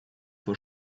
vor